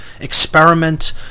experiment